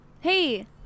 Hey